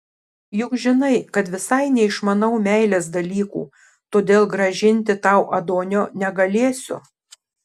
juk žinai kad visai neišmanau meilės dalykų todėl grąžinti tau adonio negalėsiu